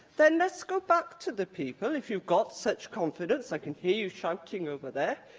then let's go back to the people if you've got such confidence i can hear you shouting over there.